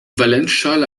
valenzschale